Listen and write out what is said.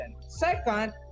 Second